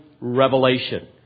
revelation